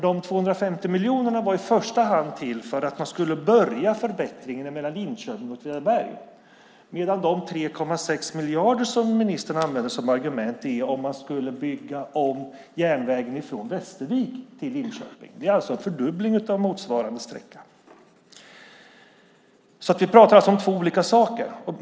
De 250 miljonerna var i första hand till för att man skulle börja med förbättringen av banan mellan Linköping och Åtvidaberg, medan de 3,6 miljarder som ministern använder som argument var till för att man skulle bygga om järnvägen från Västervik till Linköping, alltså en fördubbling. Vi pratar alltså om två olika saker.